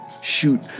Shoot